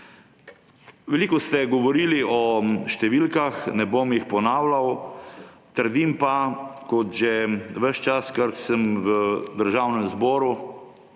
Veliko ste govorili o številkah. Ne bom jih ponavljal, trdim pa, kot že ves čas, odkar sem v Državnem zboru,